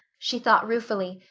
she thought ruefully,